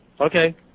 Okay